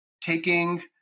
taking